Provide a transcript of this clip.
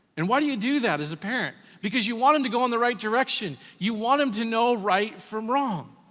and why do you do that as a parent? because you want em to go in the right direction. you want em to know right from wrong.